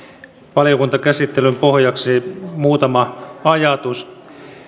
valiokuntakäsittelyn pohjaksi muutama ajatus